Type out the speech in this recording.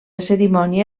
cerimònia